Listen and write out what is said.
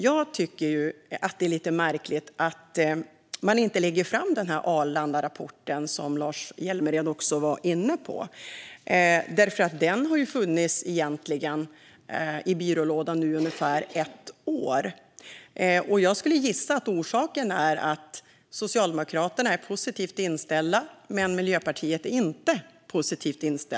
Jag tycker att det är märkligt att man inte lägger fram Arlandarapporten, vilket Lars Hjälmered också var inne på. Den har legat i byrålådan i ungefär ett år, och jag skulle gissa att orsaken är att Socialdemokraterna är positivt inställda men inte Miljöpartiet.